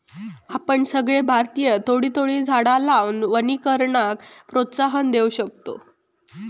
आपण सगळे भारतीय थोडी थोडी झाडा लावान वनीकरणाक प्रोत्साहन देव शकतव